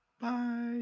Bye